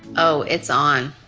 oh, it's on.